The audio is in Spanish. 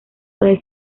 puede